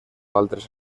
altres